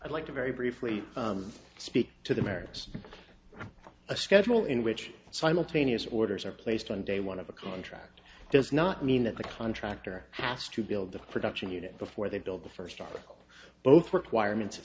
i'd like to very briefly speak to the merits of a schedule in which simultaneous orders are placed on day one of the contract does not mean that the contractor has to build the production unit before they build the first arc both requirements of